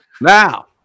Now